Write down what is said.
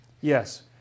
yes